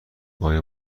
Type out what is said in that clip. آیا